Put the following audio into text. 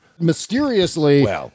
mysteriously